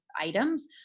items